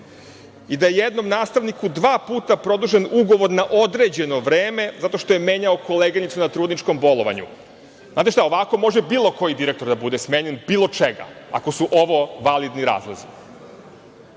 i da je jednom nastavniku dva puta produžen ugovor na određeno vreme zato što je menjao koleginicu na trudničkom bolovanju. Znate šta, ovako može bilo koji direktor da bude smenjen bilo čega, ako su ovo validni razlozi. Saznali